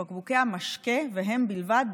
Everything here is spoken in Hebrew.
בקבוקי המשקה והם בלבד,